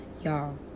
y'all